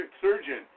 surgeon